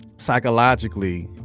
psychologically